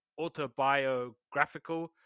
autobiographical